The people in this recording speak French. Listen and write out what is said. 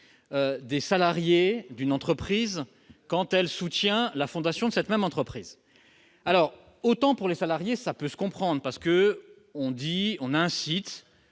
des salariés d'une entreprise quand elle soutient la fondation de cette même entreprise. Autant pour les salariés, cela peut se comprendre parce qu'on incite,